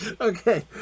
okay